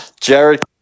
Jared